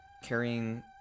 carrying